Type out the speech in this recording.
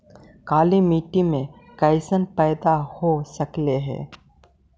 काला मिट्टी मे कैसन पैदा हो रहले है?